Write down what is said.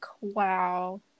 wow